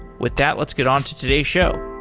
with that, let's get on to today's show.